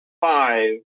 five